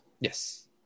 Yes